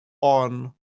on